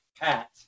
Pat